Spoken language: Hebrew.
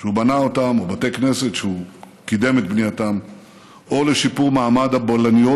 שהוא בנה או לבתי כנסת שהוא קידם את בנייתם או לשיפור מעמד הבלניות,